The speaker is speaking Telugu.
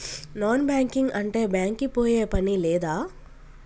నాన్ బ్యాంకింగ్ అంటే బ్యాంక్ కి పోయే పని లేదా?